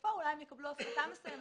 כשבסופו הם אולי יקבלו הפחתה מסוימת,